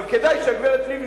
אבל כדאי שהגברת לבני,